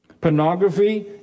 Pornography